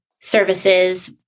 services